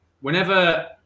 Whenever